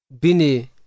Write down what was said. Bini